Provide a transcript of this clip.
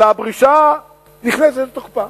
אלא הפרישה נכנסת לתוקפה.